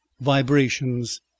vibrations